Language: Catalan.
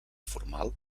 formal